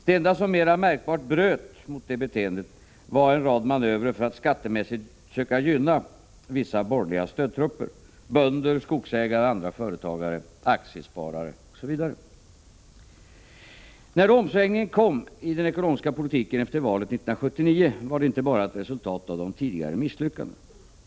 Det enda som mera märkbart bröt mot detta beteende var en rad manövrer för att skattemässigt försöka gynna vissa borgerliga stödtrupper: bönder, skogsägare och andra företagare, aktiesparare osv. När omsvängningen i den ekonomiska politiken kom efter valet 1979, var den inte bara ett resultat av tidigare misslyckanden.